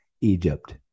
Egypt